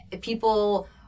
people